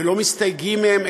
ולא מסתייגים מהם,